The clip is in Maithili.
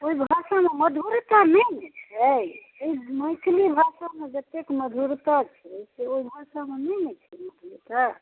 ओहि भाषामे मधुरता नहि ने छै जे मैथिली भाषामे जतेक मधुरता छै से ओहि भाषामे नहि ने छै बुझू तऽ